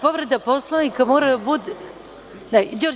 Povreda Poslovnika mora da bude.